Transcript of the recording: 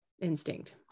instinct